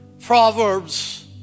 Proverbs